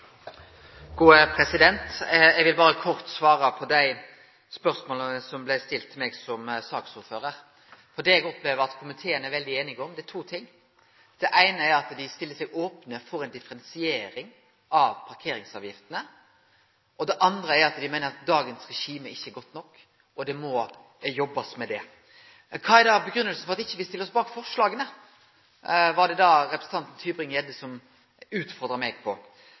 meg som saksordførar. Det eg opplever at komiteen er veldig einig om, er to ting. Det eine er at ein stiller seg open for ei differensiering av parkeringsavgiftene. Det andre er at ein meiner at dagens regime ikkje er godt nok, og at det må jobbast med det. Kva er da grunngivinga for at me ikkje stiller oss bak forslaga? Det utfordra Tybring-Gjedde meg på. For berre å vere kort her: Dersom me ser på